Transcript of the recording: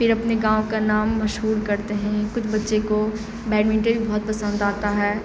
پھر اپنے گاؤں کا نام مشہور کرتے ہیں کچھ بچے کو بیڈمنٹر بہت پسند آتا ہے